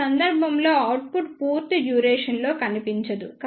ఈ సందర్భంలో అవుట్పుట్ పూర్తి డ్యూరేషన్ లో కనిపించదు